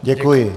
Děkuji.